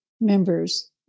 members